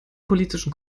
politischen